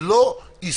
זה לא עסקי,